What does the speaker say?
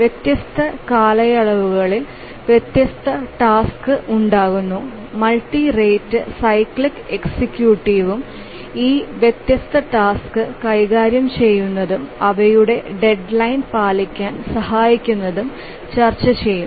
വ്യത്യസ്ത കാലയളവുകളിൽ വ്യത്യസ്ത ടാസ്ക് ഉണ്ടാകുന്നു മൾട്ടി റേറ്റ് സൈക്ലിക് എക്സിക്യൂട്ടീവും ഈ വ്യത്യസ്ത ടാസ്ക് കൈകാര്യം ചെയ്യുന്നതും അവയുടെ ഡെഡ് ലൈന് പാലിക്കാൻ സഹായിക്കുന്നതും ചർച്ചചെയ്യും